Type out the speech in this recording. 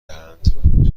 دهند